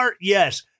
Yes